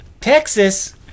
Texas